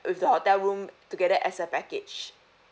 with the hotel room together as a package